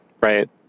right